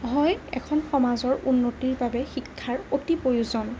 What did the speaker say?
হয় এখন সমাজৰ উন্নতিৰ বাবে শিক্ষাৰ অতি প্ৰয়োজন